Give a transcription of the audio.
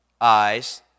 Eyes